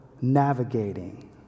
navigating